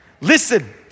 Listen